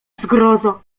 zgrozo